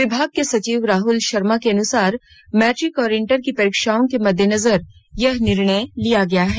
विभाग के सचिव राहुल शर्मा के अनुसार मैट्रिक और इंटर की परीक्षाओं के मददेनजर यह निर्णय लिया गया है